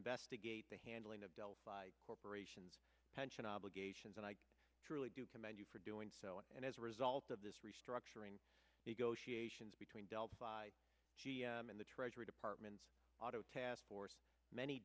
investigate the handling of delphi corporation's pension obligations and i truly do commend you for doing so and as a result of this restructuring negotiations between delphi and the treasury department's auto task force many